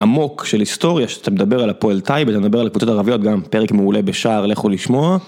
עמוק של היסטוריה שאתה מדבר על הפועל טייבה אתה מדבר על קבוצות ערביות גם פרק מעולה בשער לכו לשמוע.